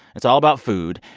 it's all about food.